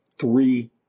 Three